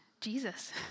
jesus